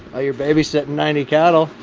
ah you're babysitting ninety cattle.